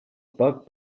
bug